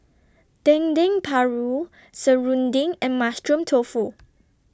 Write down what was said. Dendeng Paru Serunding and Mushroom Tofu